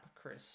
Chris